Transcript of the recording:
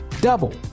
double